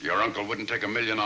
your uncle wouldn't take a million